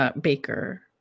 Baker